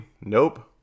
nope